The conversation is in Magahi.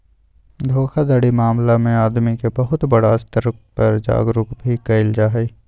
धोखाधड़ी मामला में आदमी के बहुत बड़ा स्तर पर जागरूक भी कइल जाहई